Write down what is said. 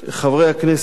חברי הכנסת,